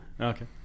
Okay